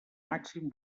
màxim